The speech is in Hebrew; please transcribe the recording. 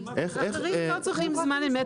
אחרים לא צריכים בזמן אמת.